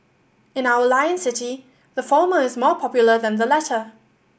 in our Lion City the former is more popular than the latter